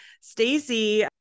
Stacey